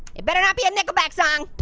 it better not be a nickelback song.